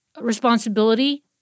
responsibility